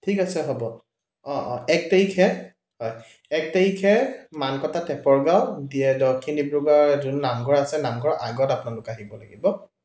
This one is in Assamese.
ঠিক আছে হ'ব অঁ অঁ এক তাৰিখে হয় এক তাৰিখে মানকটা টেপৰ গাঁও দক্ষিণ ডিব্ৰুগড় যোনটো নামঘৰ আছে নামঘৰ আগত আপোনালোক আহিব লাগিব